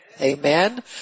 Amen